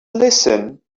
listen